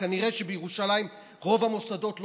כנראה שבירושלים רוב המוסדות לא,